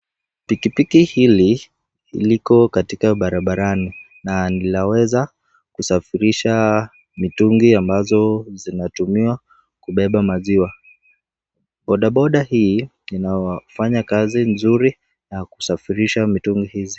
Pikipiki hili liko katika barabarani na linaweza kusafirisha mitungi ambazo zinatumiwa kubeba maziwa. Bodaboda hii inafanya kazi nzuri ya kusafirisha mitungi hizi.